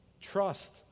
Trust